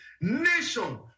nation